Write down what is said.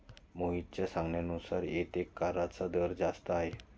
मोहितच्या सांगण्यानुसार येथे कराचा दर जास्त आहे